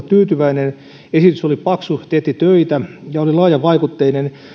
tyytyväinen esitys oli paksu teetti töitä ja oli laajavaikutteinen ja